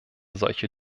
solche